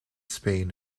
spain